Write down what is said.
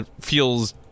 feels